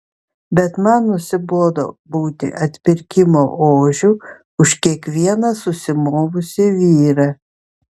bet man nusibodo būti atpirkimo ožiu už kiekvieną susimovusį vyrą